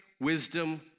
wisdom